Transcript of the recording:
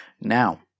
Now